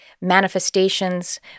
manifestations